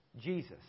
Jesus